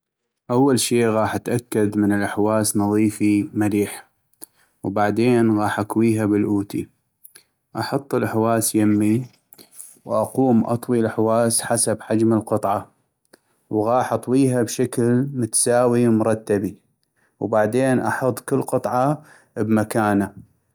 اول شي غاح اتأكد من الحواس نظيفي مليح، وبعدين غاح اكويها بالأوتي, احط الحواس يمي ، واقوم اطوي الحواس حسب حجم القطعه ، وغاح اطويها بشكل متساويي ومرتبي ، وبعدين احط كل قطعة بمكانه.